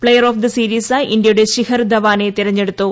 player of the series ആയ്മി ഇന്ത്യയുടെ ശിഖർ ധവാനെ തിരഞ്ഞെടുത്തു